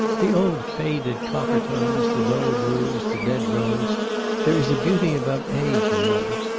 the old faded copper-tones, the dull-blues, the dead-rose! there is a beauty about age, you know.